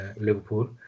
Liverpool